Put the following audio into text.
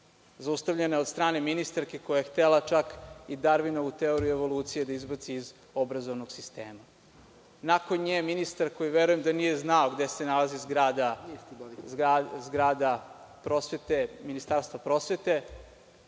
zaustavljena od strane ministarke koja je htela čak i Darvinovu teoriju evolucije da izbaci iz obrazovnog sistema. Nakon nje ministar koji verujem da nije znao gde se nalazi zgrada Ministarstva prosvete